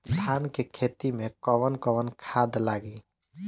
धान के खेती में कवन कवन खाद लागी?